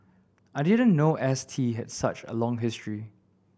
I didn't know S T had such a long history